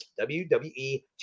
WWE